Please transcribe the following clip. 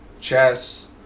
chess